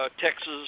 Texas